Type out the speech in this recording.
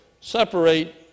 separate